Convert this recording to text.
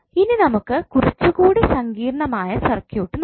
ഇനി നമുക്ക് കുറച്ചു കൂടി സങ്കീർണമായ സർക്യൂട്ട് നോക്കാം